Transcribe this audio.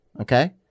okay